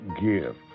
give